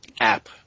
app